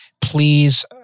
Please